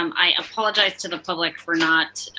um i apologize to the public for not